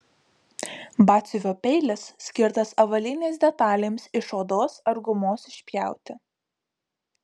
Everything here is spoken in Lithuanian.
batsiuvio peilis skirtas avalynės detalėms iš odos ar gumos išpjauti